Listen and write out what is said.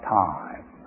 time